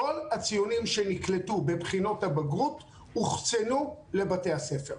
כל הציונים שנקלטו בבחינות הבגרות הוחצנו לבתי הספר.